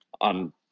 on